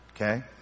Okay